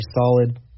solid